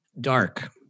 Dark